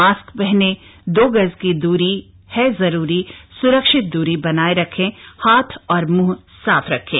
mask पहनें दो गज दूरी है जरूरी सूरक्षित दूरी बनाए रखें हाथ और मुंह साफ रखें